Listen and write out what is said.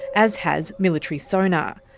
as has military sonar.